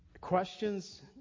Questions